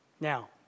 Now